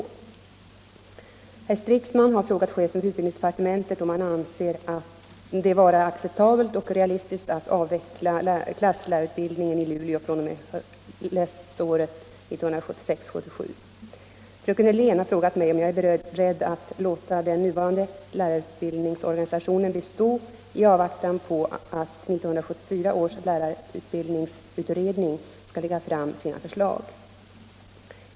Herr Stridsman har frågat chefen för utbildningsdepartementet om han anser det vara acceptebelt och realistiskt att avveckla klasslärarutbildningen i Luleå fr.o.m. läsåret 1976/77. Fröken Hörlén har frågat mig om jag är beredd att låta den nuvarande lärarutbildningsorganisationen bestå i avvaktan på att 1974 års lärarutbildningsutredning skall lägga fram sina förslag.